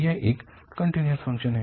यह एक continuous function है